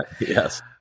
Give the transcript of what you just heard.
yes